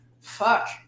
fuck